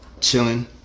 chilling